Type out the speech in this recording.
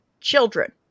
children